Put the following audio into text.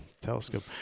telescope